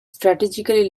strategically